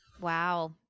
Wow